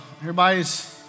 Everybody's